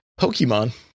Pokemon